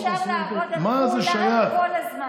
אי-אפשר לעבוד על כולם כל הזמן.